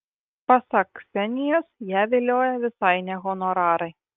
pasak ksenijos ją vilioja visai ne honorarai